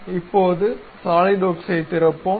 இப்போது சாலிட்வொர்க்ஸைத் திறப்போம்